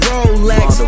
Rolex